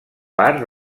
part